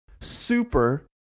super